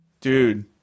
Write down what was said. Dude